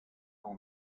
for